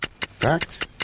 Fact